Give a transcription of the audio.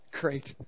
great